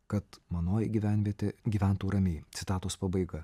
kad manoji gyvenvietė gyventų ramiai citatos pabaiga